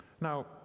Now